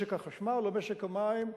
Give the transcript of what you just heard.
משק החשמל או משק המים,